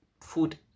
food